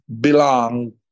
belong